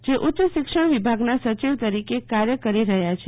જે ઉચ્ય શિક્ષણ વિભાગના સચિવ તરીકે કાર્ય કરી રહ્યાં છે